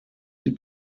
sie